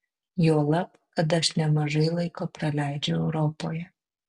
juolab kad aš nemažai laiko praleidžiu europoje